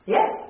Yes